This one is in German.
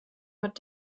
mit